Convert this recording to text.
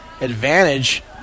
advantage